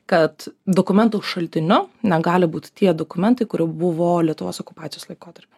kad dokumento šaltiniu negali būti tie dokumentai kurių buvo lietuvos okupacijos laikotarpiu